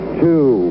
two